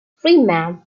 freeman